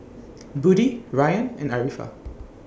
Budi Rayyan and Arifa